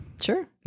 Sure